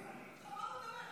תודה רבה.